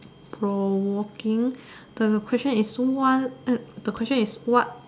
for working the question is wha~ eh the question is what